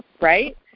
right